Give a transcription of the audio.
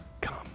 come